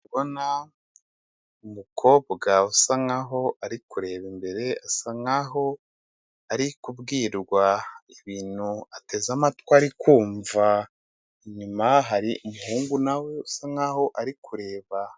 Ndikubona umukobwa usa nkaho ari kureba imbere, asa nkaho ari kubwirwa ibintu ateze amatwi ari kumva, inyuma hari umuhungu na we usa nkaho ari kureba.